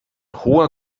hoher